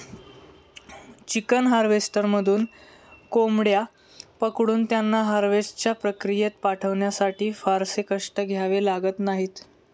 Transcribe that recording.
chicken हार्वेस्टरमधून कोंबड्या पकडून त्यांना हार्वेस्टच्या प्रक्रियेत पाठवण्यासाठी फारसे कष्ट घ्यावे लागत नाहीत